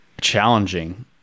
challenging